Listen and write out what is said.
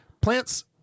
Plants